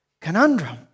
conundrum